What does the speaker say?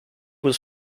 was